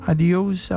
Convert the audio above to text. Adios